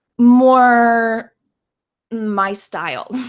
more my style.